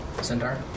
centaur